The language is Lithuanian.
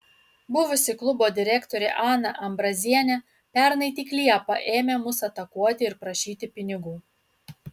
buvusi klubo direktorė ana ambrazienė pernai tik liepą ėmė mus atakuoti ir prašyti pinigų